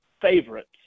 favorites